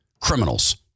criminals